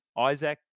Isaac